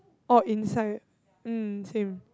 orh inside um same